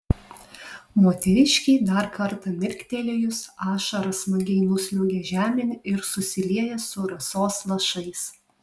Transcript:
moteriškei dar kartą mirktelėjus ašara smagiai nusliuogia žemėn ir susilieja su rasos lašais